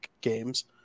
games